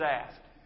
asked